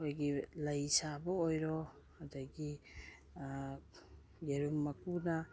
ꯑꯩꯈꯣꯏꯒꯤ ꯂꯩ ꯁꯥꯕ ꯑꯣꯏꯔꯣ ꯑꯗꯒꯤ ꯌꯦꯔꯨꯝ ꯃꯀꯨꯅ